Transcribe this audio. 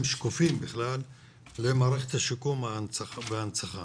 שקופים בכלל למערכת השיקום וההנצחה.